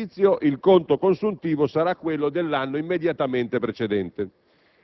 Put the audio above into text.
Sempre dal prossimo esercizio, il conto consuntivo sarà quello dell'anno immediatamente precedente.